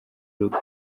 rugo